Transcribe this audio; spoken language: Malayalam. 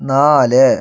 നാല്